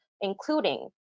including